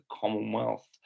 Commonwealth